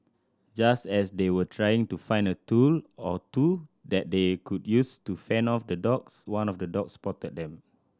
just as they were trying to find a tool or two that they could use to fend off the dogs one of the dogs spotted them